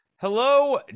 Hello